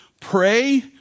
Pray